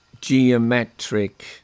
geometric